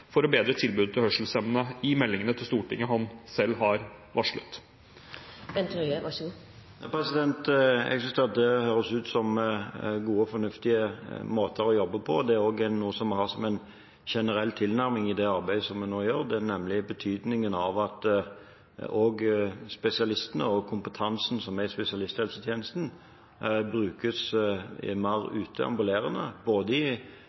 for å bedre tilbudet til hørselshemmede i meldingen til Stortinget han selv har varslet? Jeg synes det høres ut som gode og fornuftige måter å jobbe på, og dette er også noe vi har som en generell tilnærming i det arbeidet vi nå gjør, nemlig betydningen av at også spesialistene og kompetansen som er i spesialisthelsetjenesten, brukes mer ute – ambulerende – både